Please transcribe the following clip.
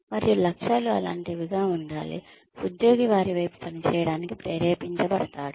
మరియు లక్ష్యాలు అలాంటివిగా ఉండాలి ఉద్యోగి వారి వైపు పనిచేయడానికి ప్రేరేపించబడతాడు